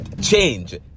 Change